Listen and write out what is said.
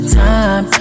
time